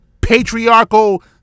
patriarchal